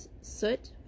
soot